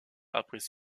après